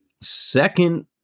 second